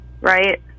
right